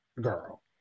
girl